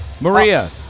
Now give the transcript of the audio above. Maria